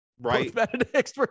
right